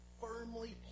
firmly